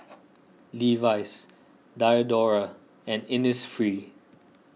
Levi's Diadora and Innisfree